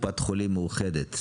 קופת חולים מאוחדת.